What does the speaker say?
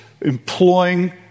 employing